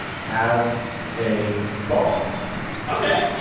have a ball ok,